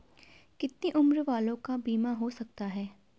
कितने उम्र वालों का बीमा हो सकता है?